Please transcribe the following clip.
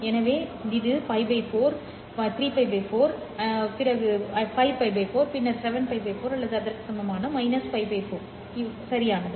எனவே இது π 4 உங்களிடம் 3π 4 பின்னர் 5π 4 பின்னர் 7π 4 அல்லது அதற்கு சமமான π 4 சரியானது